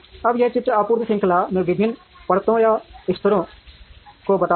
अब यह चित्र आपूर्ति श्रृंखला में विभिन्न परतों या स्तरों को बताता है